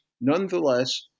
nonetheless